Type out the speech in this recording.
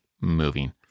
moving